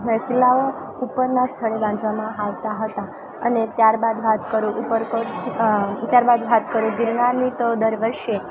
એ કિલ્લાઓ ઉપરના સ્થળે બાંધવામાં આવતા હતા અને ત્યારબાદ વાત કરું ઉપરકોટ ત્યારબાદ વાત કરું ગીરનારની તો દર વર્ષે